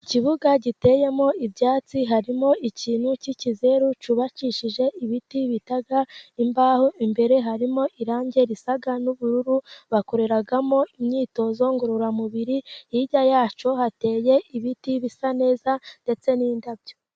Ikibuga giteyemo ibyatsi, harimo ikintu k'ikizeru cyubakishije ibiti bita imbaho, imbere harimo irangi risa n'ubururu, bakoreramo imyitozo ngororamubiri, hirya yacyo hateye ibiti bisa neza, ndetse n'indabyo.